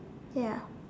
ya